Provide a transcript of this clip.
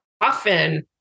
often